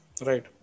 Right